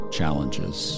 challenges